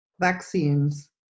vaccines